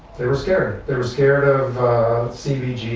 they were scared. they were scared of cbgb's,